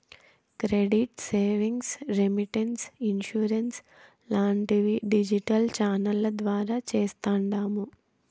credit savings, remittance, insurance లాంటివి digital ఛానెల్ల ద్వారా చేస్తాండాము